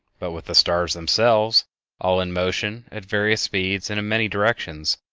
but with the stars themselves all in motion at various speeds and in many directions,